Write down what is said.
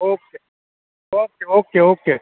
okay okay okay okay